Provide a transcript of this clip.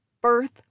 birth